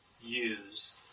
use